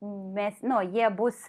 mes nu jie bus